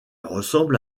ressemble